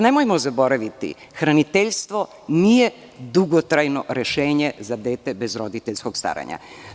Nemojmo zaboraviti, hraniteljstvo nije dugotrajno rešenje za dete bez roditeljskog staranja.